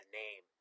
name